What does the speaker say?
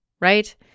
right